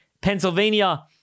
Pennsylvania